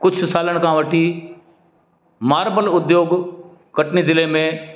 कुझु सालनि खां वठी मारबल उद्दयोग कटनी ज़िले में